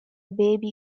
baby